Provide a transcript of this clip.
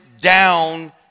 down